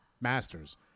master's